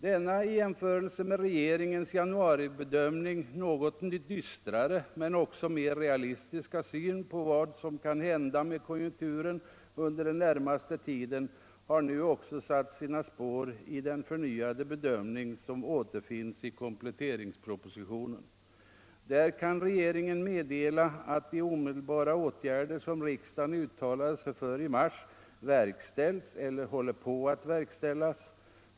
Denna i jämförelse med regeringens januaribedömning något dystrare men också mer realistiska syn på vad som kan hända med konjunkturen under den närmaste tiden har nu även satt sina spår i den förnyade bedömning som återfinns i kompletteringspropositionen. Där kan regeringen meddela att de omedelbara åtgärder som riksdagen uttalade sig för i mars verkställs eller håller på att verkställas.